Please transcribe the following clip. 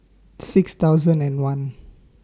six thousand and one